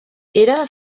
era